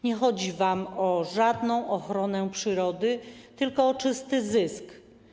Nie chodzi wam o żadną ochronę przyrody, tylko o czysty zysk.